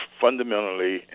fundamentally